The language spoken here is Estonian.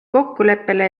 kokkuleppele